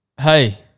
Hey